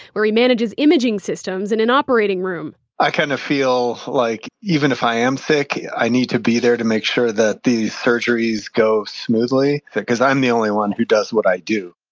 where he manages imaging systems in an operating room i kind of feel like even if i am sick, i need to be there to make sure that these surgeries go smoothly, because i'm the only one who does what i do,